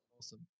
Awesome